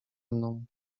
mną